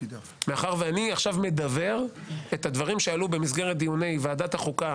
מאחר ואני עכשיו מדוור את הדברים שעלו במסגרת דיוני ועדת החוקה